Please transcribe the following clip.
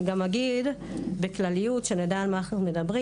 אני גם אגיד בכלליות שנדע על מה אנחנו מדברים,